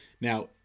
Now